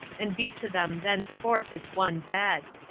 and be to them thenceforth as one dead.